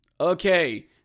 Okay